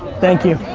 thank you.